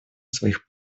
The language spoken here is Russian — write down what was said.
своих